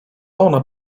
ona